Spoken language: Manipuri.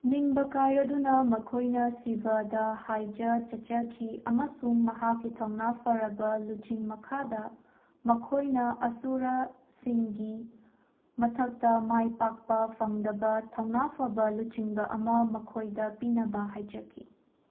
ꯅꯤꯡꯕ ꯀꯥꯏꯔꯗꯨꯅ ꯃꯈꯣꯏꯅ ꯁꯤꯕ ꯗ ꯍꯥꯏꯖ ꯆꯠꯆꯈꯤ ꯑꯃꯁꯨꯡ ꯃꯍꯥꯛꯀꯤ ꯊꯧꯅꯥ ꯐꯔꯕ ꯂꯨꯆꯤꯡ ꯃꯈꯥꯗ ꯃꯈꯣꯏꯅ ꯑꯁꯨꯔꯁꯤꯡꯒꯤ ꯃꯊꯛꯇ ꯃꯥꯏ ꯄꯥꯛꯄ ꯐꯪꯒꯗꯕ ꯊꯧꯅꯥ ꯐꯕ ꯂꯨꯆꯤꯡꯕ ꯑꯃ ꯃꯈꯣꯏꯗ ꯄꯤꯅꯕ ꯍꯥꯏꯖꯈꯤ